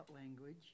language